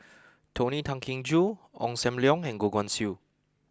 Tony Tan Keng Joo Ong Sam Leong and Goh Guan Siew